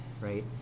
right